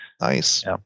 Nice